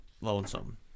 lonesome